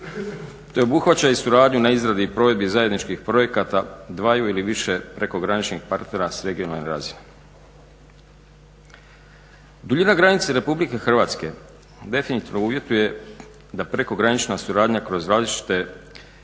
te obuhvaćaju suradnji na izradi i provedbi zajedničkih projekata dvaju ili više prekograničnih partnera s regionalne razine. Duljina granice RH definitivno uvjetuje da prekogranična suradnja kroz različite